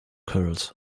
curls